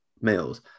meals